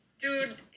Dude